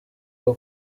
rwo